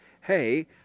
hey